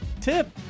tip